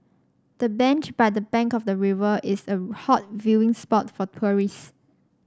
the bench by the bank of the river is a hot viewing spot for tourists